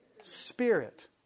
spirit